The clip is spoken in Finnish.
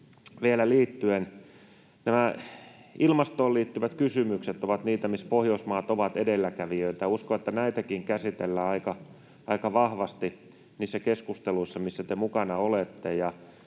Ilmastoon liittyvät kysymykset ovat niitä, missä Pohjoismaat ovat edelläkävijöitä. Uskon, että näitäkin käsitellään aika vahvasti niissä keskusteluissa, missä te mukana olette.